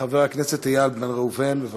חבר הכנסת איל בן ראובן, בבקשה.